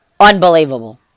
Unbelievable